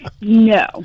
No